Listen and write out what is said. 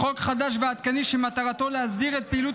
לחוק חדש ועדכני שמטרתו להסדיר את פעילות